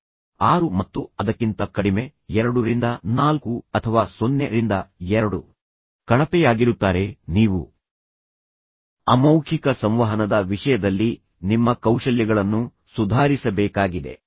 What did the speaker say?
6 ಮತ್ತು ಅದಕ್ಕಿಂತ ಕಡಿಮೆ 2 ರಿಂದ 4 ಅಥವಾ 0 ರಿಂದ 2 ಕಳಪೆಯಾಗಿರುತ್ತಾರೆ ನೀವು ಅಮೌಖಿಕ ಸಂವಹನದ ವಿಷಯದಲ್ಲಿ ನಿಮ್ಮ ಕೌಶಲ್ಯಗಳನ್ನು ಸುಧಾರಿಸಬೇಕಾಗಿದೆ